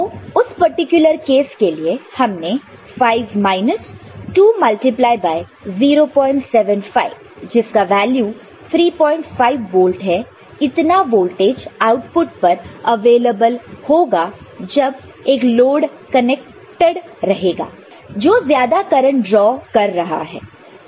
तो उस particular case के लिए हमें 5 माइनस 2 मल्टीप्लाई बाय 075 जिसका वैल्यू 35 वोल्ट है इतना वोल्टेज आउटपुट पर अवेलेबल होगा जब एक लोड कनेक्टेड रहेगा जो ज्यादा करंट ड्रॉ कर रहा है